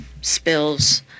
spills